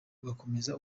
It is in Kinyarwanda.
ugakomeza